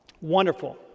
Wonderful